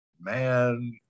man